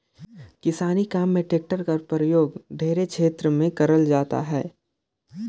किसानी काम मे टेक्टर कर परियोग ढेरे छेतर मे करल जात अहे